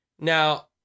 Now